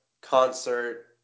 concert